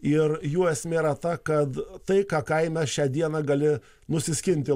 ir jų esmė yra ta kad tai ką kaime šią dieną gali nusiskinti